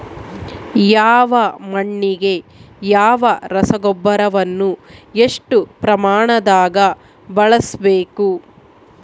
ಯಾವ ಮಣ್ಣಿಗೆ ಯಾವ ರಸಗೊಬ್ಬರವನ್ನು ಎಷ್ಟು ಪ್ರಮಾಣದಾಗ ಬಳಸ್ಬೇಕು?